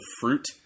fruit